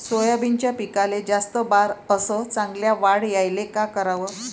सोयाबीनच्या पिकाले जास्त बार अस चांगल्या वाढ यायले का कराव?